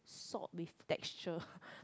salt with texture